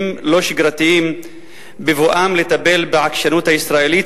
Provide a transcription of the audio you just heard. לא שגרתיים בבואם לטפל בעקשנות הישראלית,